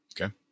Okay